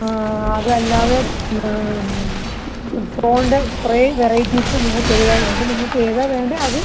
ആ അത് അല്ലാതെ പ്രോണിൻ്റെ കുറേ വെറൈറ്റീസ് നിങ്ങൾക്ക് ഏതായാലും ഉണ്ട് നിങ്ങൾക്ക് ഏതാ വേണ്ടത് അത്